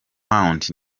fund